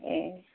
ए